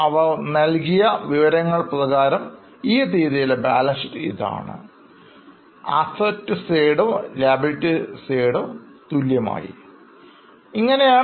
അവർ നൽകിയ വിവരങ്ങൾ പ്രകാരം ഈ തീയതിയിലെ Balance sheet ഇതാണ്